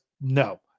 no